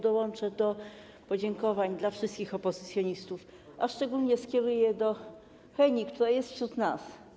Dołączę do podziękowań dla wszystkich opozycjonistów, a szczególnie skieruję je do Heni, która jest wśród nas.